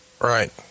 Right